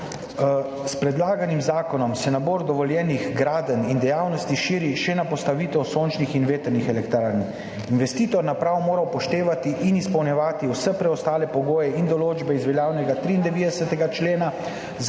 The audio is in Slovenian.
S predlaganim zakonom se nabor dovoljenih gradenj in dejavnosti širi še na postavitev sončnih in vetrnih elektrarn. Investitor naprav mora upoštevati in izpolnjevati vse preostale pogoje in določbe iz veljavnega 93. člena